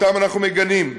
שאותם אנחנו מגנים,